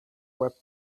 web